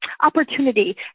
opportunity